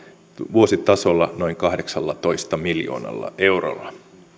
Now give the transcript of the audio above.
vuositasolla noin kahdeksallatoista miljoonalla eurolla